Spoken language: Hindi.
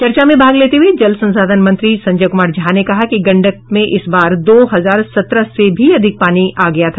चर्चा में भाग लेते हुये जल संसाधन मंत्री संजय कुमार झा ने कहा कि गंडक में इस बार दो हजार सत्रह से भी अधिक पानी आ गया था